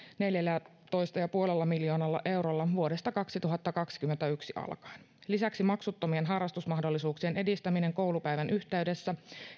neljällätoista ja puolella miljoonalla eurolla vuodesta kaksituhattakaksikymmentäyksi alkaen lisäksi maksuttomien harrastusmahdollisuuksien edistämiseen koulupäivän yhteydessä